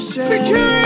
Secure